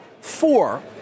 Four